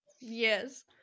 Yes